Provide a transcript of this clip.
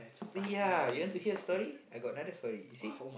ya you want to hear a story I got another story you see